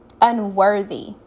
unworthy